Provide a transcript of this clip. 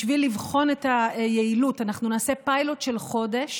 בשביל לבחון את היעילות אנחנו נעשה פיילוט של חודש,